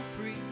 free